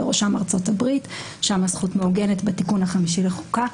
בראשן ארצות הברית שם הזכות מעוגנת בתיקון החמישי לחוקה.